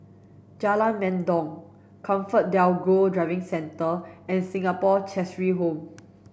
Jalan Mendong ComfortDelGro Driving Centre and Singapore Cheshire Home